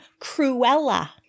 Cruella